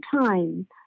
time